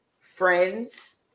friends